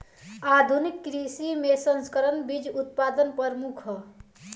आधुनिक कृषि में संकर बीज उत्पादन प्रमुख ह